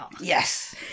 Yes